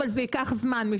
זה ייקח זמן.